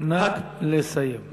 נא לסיים.